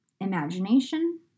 imagination